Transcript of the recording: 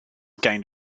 gained